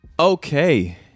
Okay